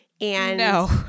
No